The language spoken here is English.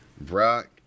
Brock